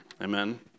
Amen